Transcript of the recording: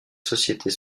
sociétés